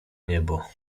niebo